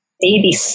baby